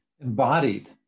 embodied